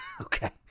Okay